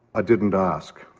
i didn't ask,